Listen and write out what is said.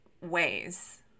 ways